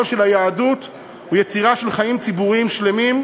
של היהדות הוא יצירה של חיים ציבוריים שלמים,